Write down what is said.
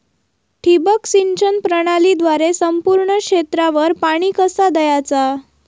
ठिबक सिंचन प्रणालीद्वारे संपूर्ण क्षेत्रावर पाणी कसा दयाचा?